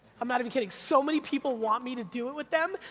i'm not even kidding. so many people want me to do it with them,